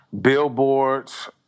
billboards